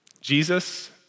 Jesus